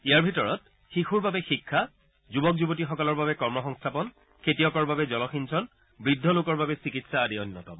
ইয়াৰে ভিতৰত শিশুৰ বাবে শিক্ষা যুৱক যুৱতীসকলৰ বাবে কৰ্মসংস্থাপন খেতিয়কৰ বাবে জলসিঞ্চন বৃদ্ধ লোকৰ বাবে চিকিৎসা আদি অন্যতম